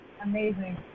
Amazing